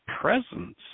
presence